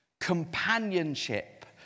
companionship